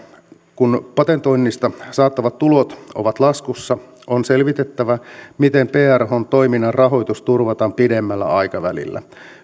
kun patentoinnista saatavat tulot ovat laskussa on selvitettävä miten prhn toiminnan rahoitus turvataan pidemmällä aikavälillä